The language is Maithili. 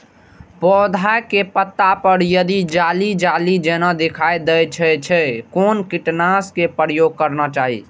पोधा के पत्ता पर यदि जाली जाली जेना दिखाई दै छै छै कोन कीटनाशक के प्रयोग करना चाही?